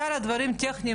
שאר הדברים הטכניים,